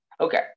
Okay